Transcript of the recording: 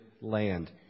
land